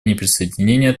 неприсоединения